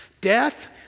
Death